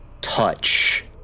touch